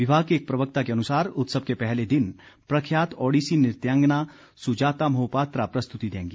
विभाग के एक प्रवक्ता के अनुसार उत्सव के पहले दिन प्रख्यात ओड़िसी नृत्यांगना सुजाता मोहपात्रा प्रस्तुति देंगी